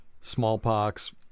smallpox